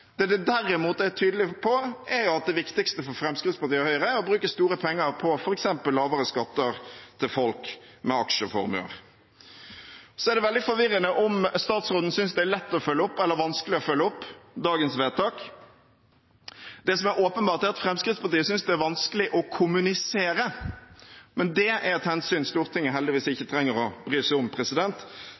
Det man derimot er tydelig på, er at det viktigste for Fremskrittspartiet og Høyre er å bruke store penger på f.eks. lavere skatter til folk med aksjeformuer. Det er veldig forvirrende hvorvidt statsråden synes det er lett eller vanskelig å følge opp dagens vedtak. Det som er åpenbart, er at Fremskrittspartiet synes det er vanskelig å kommunisere, men det er et hensyn som Stortinget heldigvis ikke trenger å bry seg om.